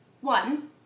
One